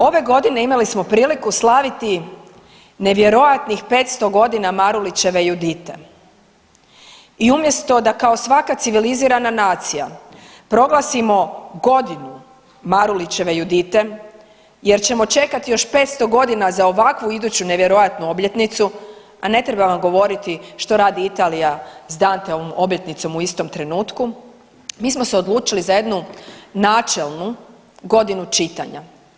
Ove godine imali smo priliku slaviti nevjerojatnih 500 godina Marulićeve Judite i umjesto da kao svaka civilizirana nacija proglasimo godinu Marulićeve Judite jer ćemo čekati još 500 godina za ovakvu iduću nevjerojatnu obljetnicu, a ne treba vam govoriti što radi Italija s Danteovom obljetnicom u istom trenutku mi smo se odlučili za jednu načelnu godinu čitanja.